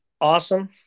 awesome